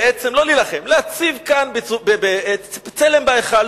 בעצם לא להילחם, להציב כאן צלם בהיכל.